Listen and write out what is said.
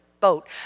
boat